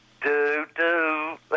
Do-do